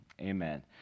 amen